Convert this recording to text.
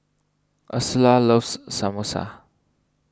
Ursula loves Samosa